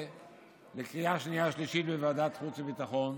לקריאה שנייה ושלישית בוועדת חוץ וביטחון,